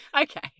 Okay